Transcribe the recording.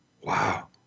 wow